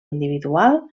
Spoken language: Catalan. individual